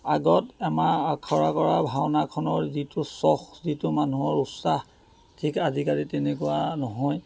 আগত এমাহ আখৰা কৰা ভাওনাখনৰ যিটো চখ যিটো মানুহৰ উৎসাহ ঠিক আজিকালি তেনেকুৱা নহয়